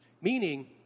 meaning